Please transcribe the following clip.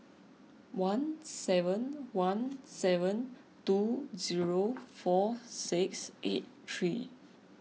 one seven one seven two zero four six eight three